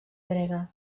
grega